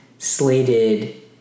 slated